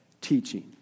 teaching